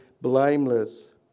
blameless